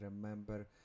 remember